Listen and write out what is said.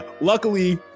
luckily